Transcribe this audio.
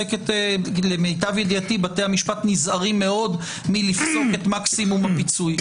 למיטב ידיעתי בתי המשפט נזהרים מאוד מלפסוק את מקסימום הפיצוי.